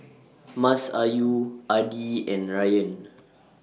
Masayu Adi and Ryan